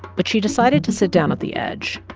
but she decided to sit down at the edge.